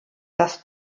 das